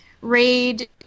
raid